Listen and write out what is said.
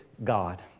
God